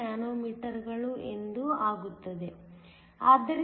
3 nanometre ಎಂದಾಗುತ್ತದೆ